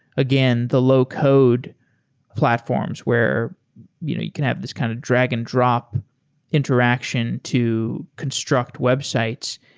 again, the low code platforms where you know you can have this kind of drag and drop interaction to construct websites.